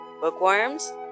bookworms